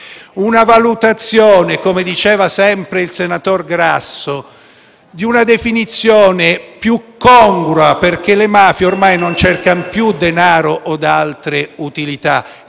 una valutazione, come diceva sempre il senatore Grasso, di una definizione più congrua, perché le mafie ormai non cercano più denaro od altre utilità